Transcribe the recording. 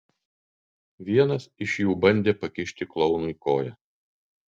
vienas iš jų bandė pakišti klounui koją